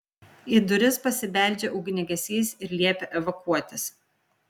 į duris pasibeldžia ugniagesys ir liepia evakuotis